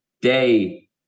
Day